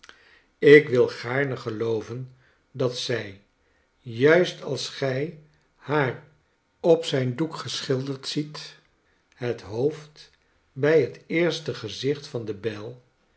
ik wil gaarne gelooven dat zij juist als gij haar op zijn doek geschilderd ziet het hoofd bij het eerste gezicht van de bijl